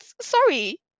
sorry